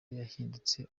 yahindutse